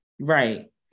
right